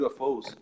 UFOs